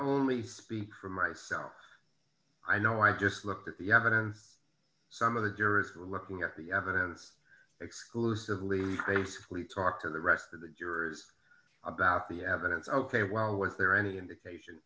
only speak for myself i know i just looked at the evidence some of the jurors were looking at the evidence exclusively basically talked to the rest of the jurors about the evidence ok well was there any indication